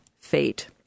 fate